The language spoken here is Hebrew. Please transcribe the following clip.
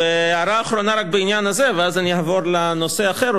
הערה אחרונה רק בעניין הזה ואז אני אעבור לנושא אחר.